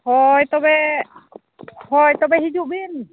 ᱦᱳ ᱛᱚᱵᱮ ᱦᱳᱭ ᱛᱚᱵᱮ ᱦᱤᱡᱩᱜ ᱵᱤᱱ